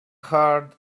hard